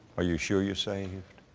are you sure you're saved?